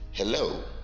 Hello